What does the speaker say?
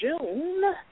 June